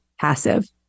passive